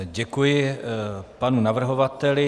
Děkuji panu navrhovateli.